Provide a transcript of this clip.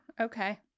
Okay